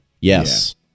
Yes